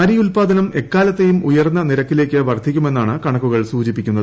അരിയുല്പാദനം എക്കാലത്തെയും ഉയർന്ന നിരക്കിലേക്ക് വർദ്ധിക്കുമെന്നാണ് കണക്കുകൾ സൂചിപ്പിക്കുന്നത്